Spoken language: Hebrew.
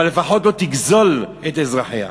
אבל לפחות שלא תגזול מאזרחיה.